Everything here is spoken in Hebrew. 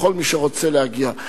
לכל מי שרוצה להגיע.